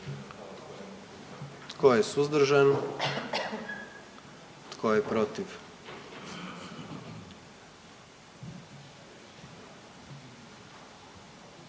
Tko je suzdržan? I tko je protiv?